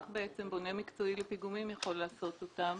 רק בונה מקצועי לפיגומים יכול לעשות אותם.